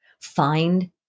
find